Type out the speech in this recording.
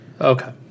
Okay